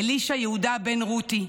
אלישע יהודה בן רותי,